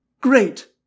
Great